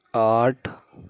آٹھ